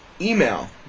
Email